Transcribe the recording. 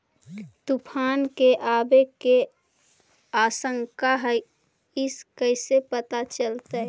तुफान के आबे के आशंका है इस कैसे पता चलतै?